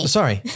Sorry